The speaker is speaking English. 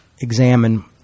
examine